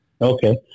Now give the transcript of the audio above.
Okay